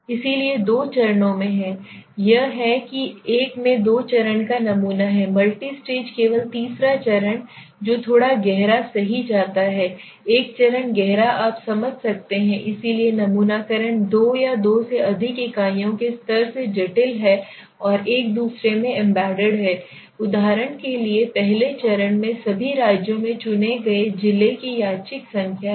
इसलिए दो चरणों में हैं यह हैं कि एक में दो चरण का नमूना है मल्टी स्टेज केवल तीसरा चरण जो थोड़ा गहरा सही जाता है एक चरण गहरा आप समझ सकते हैं इसलिए नमूनाकरण दो या दो से अधिक इकाइयों के स्तर से जटिल है और एक दूसरे में एम्बेडेड है उदाहरण के लिए पहले चरण में सभी राज्यों में चुने गए जिले की यादृच्छिक संख्या है